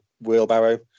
wheelbarrow